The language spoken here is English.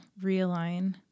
realign